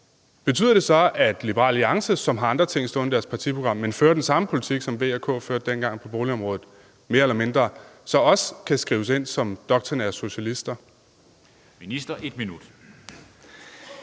betyder det så, at Liberal Alliance, som har andre ting stående i deres partiprogram, men fører den samme politik, som V og K førte dengang på boligområdet – mere eller mindre – så også kan skrives ind som doktrinære socialister?